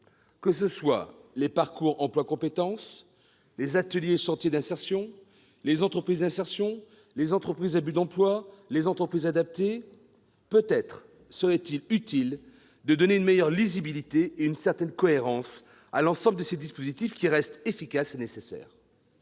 de l'emploi : les parcours emploi compétences, les ateliers et chantiers d'insertion, les entreprises d'insertion, les entreprises à but d'emploi, les entreprises adaptées, etc. Peut-être serait-il utile de donner une meilleure lisibilité et une certaine cohérence à l'ensemble de ces dispositifs, qui restent efficaces et nécessaires.